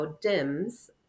dims